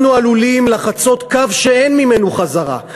אנחנו עלולים לחצות קו שאין ממנו חזרה,